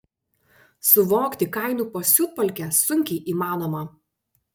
suvokti kainų pasiutpolkę sunkiai įmanoma